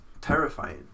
terrifying